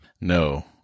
No